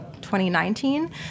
2019